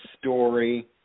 story